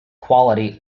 quality